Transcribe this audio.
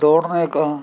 دوڑنے کا